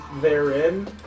therein